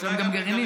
יש שם גם גרעינים.